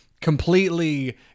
completely